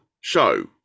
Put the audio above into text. show